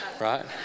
right